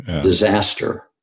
disaster